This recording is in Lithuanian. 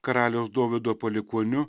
karaliaus dovydo palikuoniu